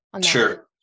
Sure